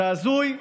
זה הזוי,